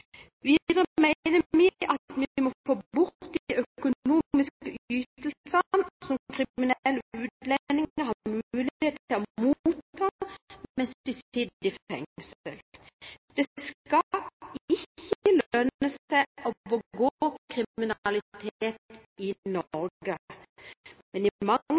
Videre mener vi at vi må få bort de økonomiske ytelsene som kriminelle utlendinger har mulighet til å motta mens de sitter i fengsel. Det skal ikke lønne seg å begå kriminalitet i Norge, men i